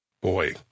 Boy